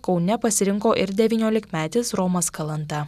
kaune pasirinko ir devyniolikmetis romas kalanta